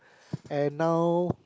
and now